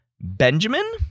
Benjamin